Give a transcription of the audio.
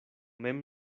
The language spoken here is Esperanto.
mem